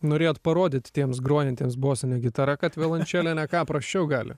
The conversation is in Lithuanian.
norėjot parodyti tiems grojantiems bosine gitara kad violončelė ne ką prasčiau gali